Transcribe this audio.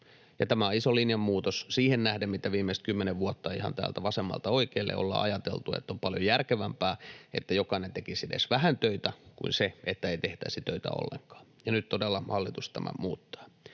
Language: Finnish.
Tämä on iso linjanmuutos siihen nähden, mitä viimeiset 10 vuotta ihan täältä vasemmalta oikealle ollaan ajateltu, että on paljon järkevämpää se, että jokainen tekisi edes vähän töitä, kuin se, että ei tehtäisi töitä ollenkaan, ja nyt todella hallitus tämän muuttaa.